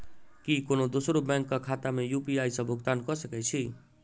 की कोनो दोसरो बैंक कऽ खाता मे यु.पी.आई सऽ भुगतान कऽ सकय छी?